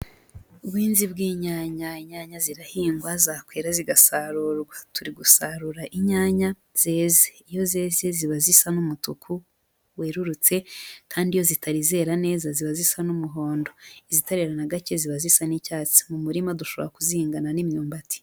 Ubuhinzi bw'inyanya, inyanya zirahingwa zakwera zigasarurwa, turi gusarura inyanya zeze, iyo zeze ziba zisa n'umutuku werurutse kandi iyo zitari zera neza ziba zisa n'umuhondo, izitare na gake ziba zisa n'icyatsi, mu murima dushobora kuzingana n'imyumbati.